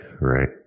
Right